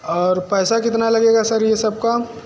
और पैसा कितना लगेगा सर ये सब का